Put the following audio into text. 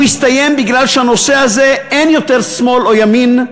הוא הסתיים כי בנושא הזה אין יותר שמאל או ימין,